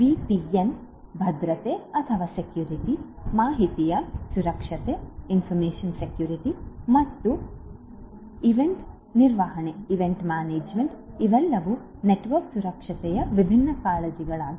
VPN ಭದ್ರತೆ ಮಾಹಿತಿಯ ಸುರಕ್ಷತೆ ಮತ್ತು ಈವೆಂಟ್ ನಿರ್ವಹಣೆ ಇವೆಲ್ಲವೂ ನೆಟ್ವರ್ಕ್ ಸುರಕ್ಷತೆಯ ವಿಭಿನ್ನ ಕಾಳಜಿಗಳಾಗಿವೆ